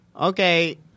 okay